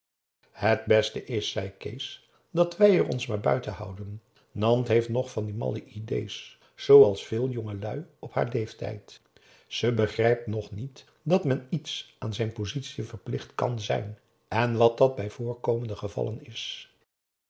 het beste is zei kees dat wij er ons maar buiten houden nant heeft nog van die malle idées zooals veel jongelui op haar leeftijd ze begrijpt nog niet dat men iets aan zijn positie verplicht kan zijn en wat dat bij voorkomende gevallen is